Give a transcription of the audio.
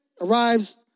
arrives